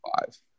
five